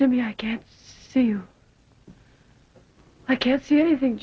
jimmy i can't see you i can't see anything